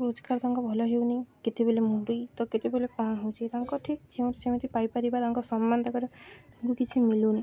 ରୋଜଗାର ତାଙ୍କ ଭଲ ହେଉନି କେତେବେଲେ ମରୁଡି ତ କେତେବେଲେ କ'ଣ ହେଉଛି ତାଙ୍କ ଠିକ୍ ଯେମିତି ସେମିତି ପାଇପାରିବା ତାଙ୍କ ସମ୍ମାନ ତାଙ୍କର ତାଙ୍କୁ କିଛି ମିଳୁନି